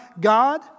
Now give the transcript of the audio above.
God